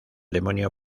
demonio